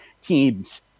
teams